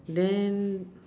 then